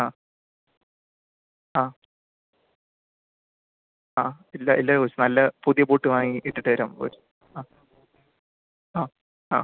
ആ ആ ആ ഇല്ല ഇല്ല കോച്ച് നല്ല പുതിയ ബൂട്ട് വാങ്ങി ഇട്ടിട്ട് വരാം കോച്ച് ആ ആ ആ